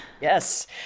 Yes